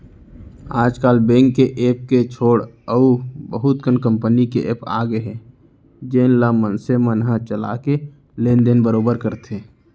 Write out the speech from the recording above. आज काल बेंक के ऐप के छोड़े अउ बहुत कन कंपनी के एप्स आ गए हे जेन ल मनसे मन ह चला के लेन देन बरोबर करथे